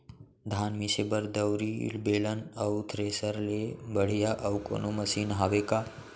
धान मिसे बर दउरी, बेलन अऊ थ्रेसर ले बढ़िया अऊ कोनो मशीन हावे का?